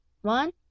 one